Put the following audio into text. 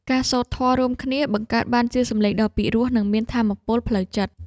ការសូត្រធម៌រួមគ្នា បង្កើតបានជាសម្លេងដ៏ពិរោះ និងមានថាមពលផ្លូវចិត្ត។